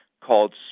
called